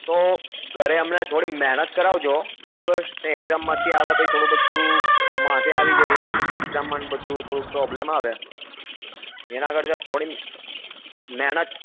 તો ઘરે હમણા થોડી મેહનત કરાવજો બરાબર એક્ઝામમાંથી આવે થોડું બધું માથે આવી જાય એને એ પછી એક્ઝામમાં બધું થોડુંક પ્રોબ્લેમ આવે એના કરતાં થોડી મેહનત